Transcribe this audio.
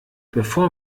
bevor